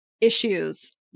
issues